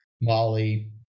molly